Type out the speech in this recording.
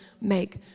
make